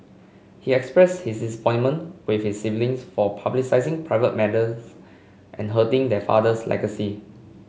he expressed his disappointment with his siblings for publicising private matters and hurting their father's legacy